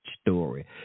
story